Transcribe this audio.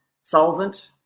solvent